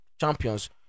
champions